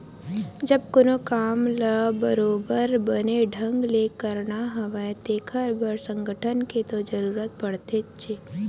जब कोनो काम ल बरोबर बने ढंग ले करना हवय तेखर बर संगठन के तो जरुरत पड़थेचे